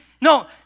no